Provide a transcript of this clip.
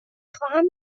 خواهم